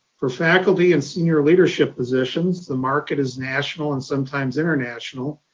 for faculty and senior leadership positions, the market is national and sometimes international,